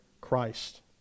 Christ